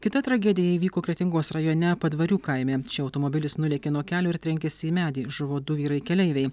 kita tragedija įvyko kretingos rajone padvarių kaime čia automobilis nulėkė nuo kelio ir trenkėsi į medį žuvo du vyrai keleiviai